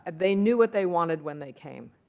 and they knew what they wanted when they came.